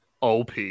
OP